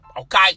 okay